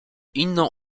inną